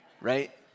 right